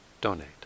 donate